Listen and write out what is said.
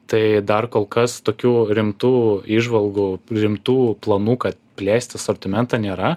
tai dar kol kas tokių rimtų įžvalgų rimtų planų kad plėsti sortimentą nėra